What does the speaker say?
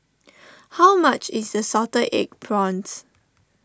how much is the Salted Egg Prawns